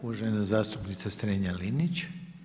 Uvažena zastupnica Strenja-Linić.